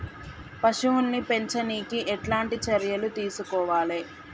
పశువుల్ని పెంచనీకి ఎట్లాంటి చర్యలు తీసుకోవాలే?